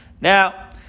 Now